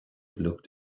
looked